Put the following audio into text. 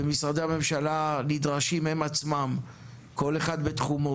ומשרדי הממשלה נדרשים הם עצמם כל אחד בתחומו,